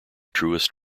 truest